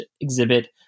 exhibit